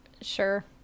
Sure